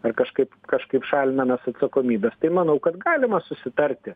ar kažkaip kažkaip šalinamės atsakomybės tai manau kad galima susitarti